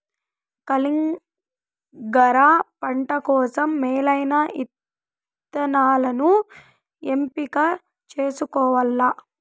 కలింగర పంట కోసం మేలైన ఇత్తనాలను ఎంపిక చేసుకోవల్ల